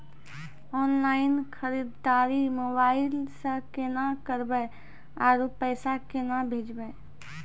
Online खरीददारी mobile से केना करबै, आरु पैसा केना भेजबै?